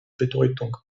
bedeutung